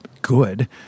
good